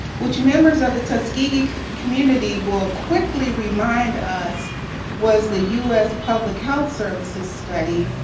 which members of the tuskegee community will quickly remind us was the u s. public health service's study,